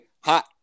Hot